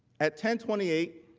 at ten twenty eight,